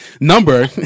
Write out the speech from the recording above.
number